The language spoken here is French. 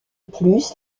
plus